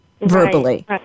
Verbally